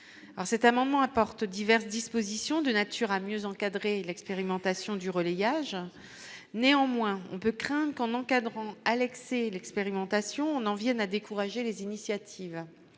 cet amendement apporte diverses dispositions de nature à mieux encadrer l'expérimentation du relais, il y a je, néanmoins, on peut craindre qu'en encadrant Alex et l'expérimentation on en Vienne à décourager les initiatives,